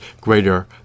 greater